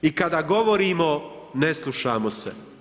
I kada govorimo ne slušamo se.